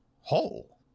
whole